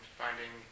finding